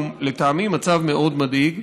הוא לטעמי מצב מאוד מדאיג,